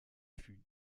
fut